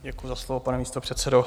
Děkuji za slovo, pane místopředsedo.